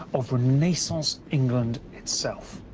of renaissance england itself.